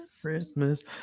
Christmas